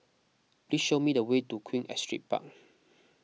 please show me the way to Queen Astrid Park